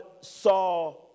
saw